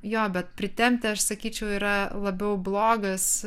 jo bet pritempti aš sakyčiau yra labiau blogas